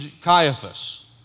Caiaphas